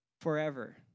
forever